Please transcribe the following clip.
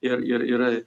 ir ir ir